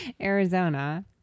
Arizona